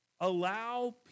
allow